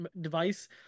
device